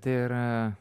tai yra